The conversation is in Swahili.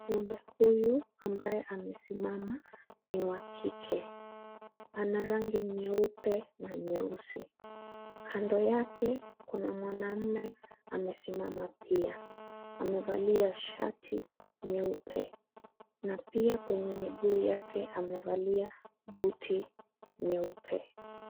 Ngombe huyu ambaye amesimama ni wa kike. Ana rangi nyeupe na nyeusi, kando yake kuna mwanaume amesimama pia, amevalia shati nyeupe na pia kwenye miguu yake amevalia buti nyeupe.